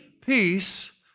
peace